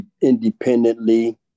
independently